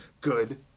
good